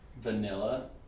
vanilla